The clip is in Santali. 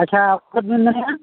ᱟᱪᱪᱷᱟ ᱚᱠᱚᱭ ᱵᱤᱱ ᱢᱮᱱᱮᱜᱼᱟ